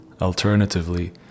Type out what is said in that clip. Alternatively